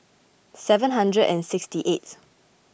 seven hundred and sixty eighth